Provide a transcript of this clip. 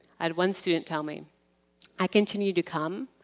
i had one student tell me i continue to come,